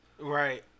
Right